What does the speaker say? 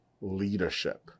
leadership